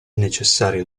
necessario